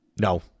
No